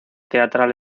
teatral